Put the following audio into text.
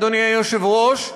אדוני היושב-ראש.